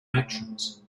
actions